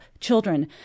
children